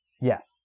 Yes